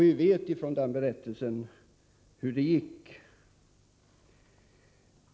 Vi vet från den berättelsen hur det gick.